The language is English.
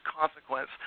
consequence